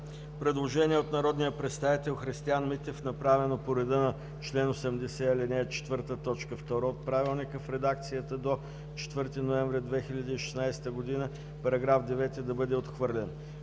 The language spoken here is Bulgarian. предложение от народния представител Христиан Митев, направено по реда на чл. 80, ал. 4, т. 2 от Правилника в редакцията до 4 ноември 2016 г. –§ 9 да бъде отхвърлен.